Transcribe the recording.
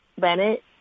Bennett